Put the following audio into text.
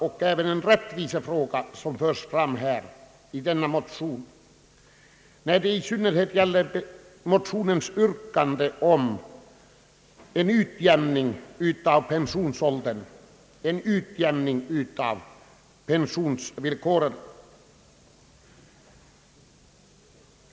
I motionsparet för motionärerna fram en jämlikhetsoch rättvisefråga i syfte att åstadkomma en utjämning beträffande pensionsvillkor och pensionsålder.